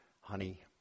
honey